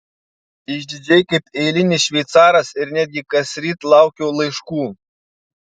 išdidžiai kaip eilinis šveicaras ir netgi kasryt laukiu laiškų